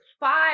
Five